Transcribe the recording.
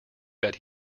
that